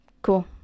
Cool